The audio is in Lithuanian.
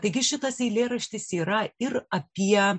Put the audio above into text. taigi šitas eilėraštis yra ir apie